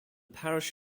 parish